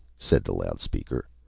said the loud-speaker,